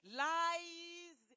lies